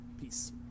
Peace